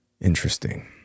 Interesting